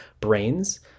brains